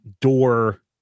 door